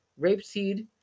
Rapeseed